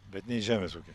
bet ne į žemės ūkį